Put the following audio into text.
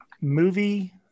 movie